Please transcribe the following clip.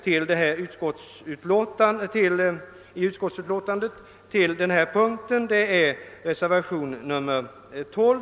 Jag ber att få yrka bifall till reservationen 12.